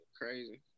Crazy